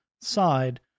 side